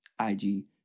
IG